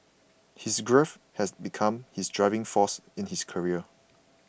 his grief has become his driving force in his career